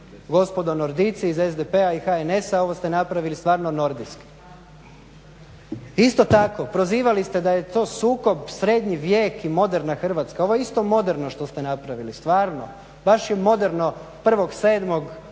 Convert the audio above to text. gospodo nordijci iz SDP-a i HNS-a, ovo ste napravili stvarno nordijski. Isto tako prozivali ste da je to sukob srednji vijek i moderna Hrvatska. Ovo je isto moderno što ste napravili, stvarno, baš je moderno 1.7. kad